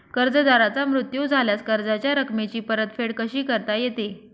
कर्जदाराचा मृत्यू झाल्यास कर्जाच्या रकमेची परतफेड कशी करता येते?